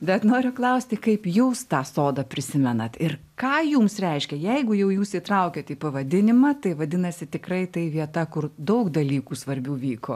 bet noriu klausti kaip jūs tą sodą prisimenat ir ką jums reiškia jeigu jau jūs įtraukėt į pavadinimą tai vadinasi tikrai tai vieta kur daug dalykų svarbių vyko